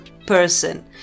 person